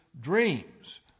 dreams